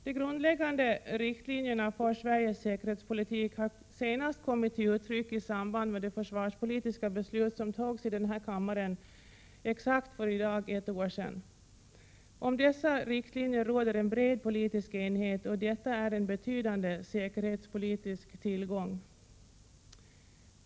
De grundläggande riktlinjerna för Sveriges säkerhetspolitik har senast kommit till uttryck i samband med det försvarspolitiska beslut som togs i denna kammare för i dag exakt ett år sedan. Om dessa riktlinjer råder en bred politisk enighet, och detta är en betydande säkerhetspolitisk tillgång.